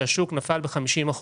שבו השוק נפל ב-50%.